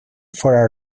for